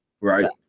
right